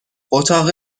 اتاق